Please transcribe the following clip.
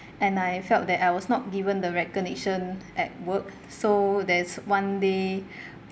and I felt that I was not given the recognition at work so there's one day